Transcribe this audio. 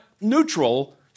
neutral